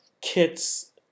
kits